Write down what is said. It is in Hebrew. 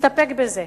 תסתפק בזה.